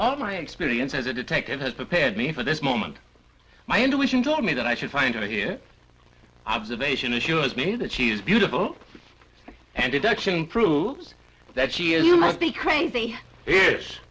all my experience as a detective has prepared me for this moment my intuition told me that i should find it here observation assures me that she's beautiful and deduction proves that she is you must be crazy yes